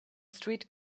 street